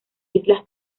islas